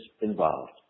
involved